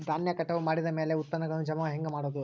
ಧಾನ್ಯ ಕಟಾವು ಮಾಡಿದ ಮ್ಯಾಲೆ ಉತ್ಪನ್ನಗಳನ್ನು ಜಮಾ ಹೆಂಗ ಮಾಡೋದು?